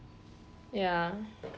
ya